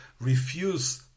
refuse